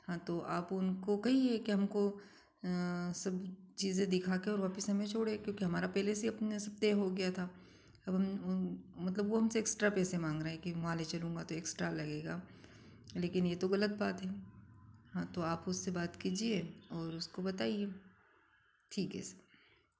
हाँ तो आप उनको कहिए की हमको सब चीजें दिखा कर वापस हमें छोड़े क्योंकि हमारा पहले से अपने से तय हो गया था अब हम मतलब वो हमसे एक्स्ट्रा पैसे मांग रहे हैं कि वहाँ ले चलूँगा तो एक्स्ट्रा लगेगा लेकिन ये तो गलत बात है हाँ तो आप उससे बात कीजिए और उसको बताइए ठीक है सर